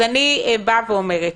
אני באה ואומרת: